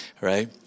right